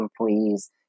employees